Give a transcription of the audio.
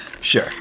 Sure